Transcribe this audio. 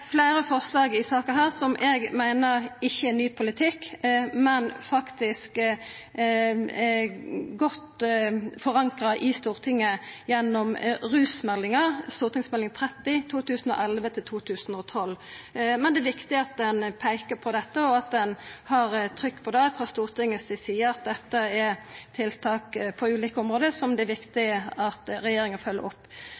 fleire forslag i denne saka som eg meiner ikkje er ny politikk, men faktisk er godt forankra i Stortinget gjennom rusmeldinga, Meld. St. 30 for 2011–2012. Men det er viktig at ein peikar på dette, og at ein har trykk på det frå Stortinget si side, då dette er tiltak på ulike område som det er